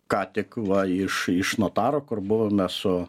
ką tik va iš iš notaro kur buvome su